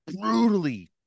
Brutally